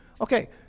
Okay